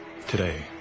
Today